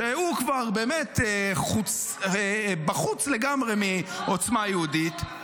שהוא כבר באמת בחוץ לגמרי מעוצמה יהודית.